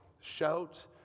Shout